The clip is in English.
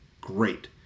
Great